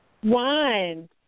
One